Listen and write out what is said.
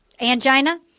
Angina